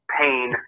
pain